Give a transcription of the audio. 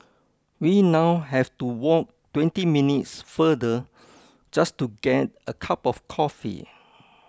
we now have to walk twenty minutes farther just to get a cup of coffee